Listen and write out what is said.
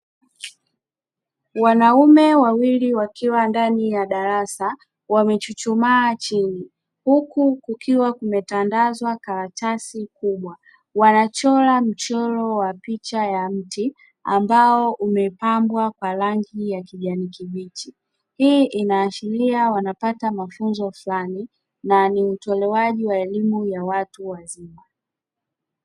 Wanaume wawili wakiwa ndani ya darasa wamechuchumaa chini huku kukiwa kumetandazwa karatasi kubwa wanachora mchoro wa picha ya mti ambao umepambwa kwa rangi ya kijani kibichi hii inaashiria wanapata mafunzo fulani na ni utolewaji wa elimu ya watu wazima.